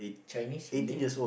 Chinese Malay